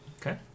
Okay